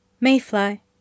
MAYFLY